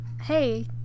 Hey